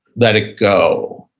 let it go,